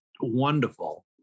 wonderful